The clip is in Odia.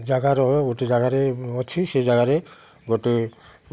ଜାଗାର ଗୋଟେ ଜାଗାରେ ଅଛି ସେ ଜାଗାରେ ଗୋଟେ